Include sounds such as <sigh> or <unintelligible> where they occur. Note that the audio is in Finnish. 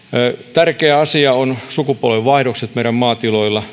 tärkeä asia ovat sukupolvenvaihdokset meidän maatiloilla <unintelligible>